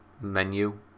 menu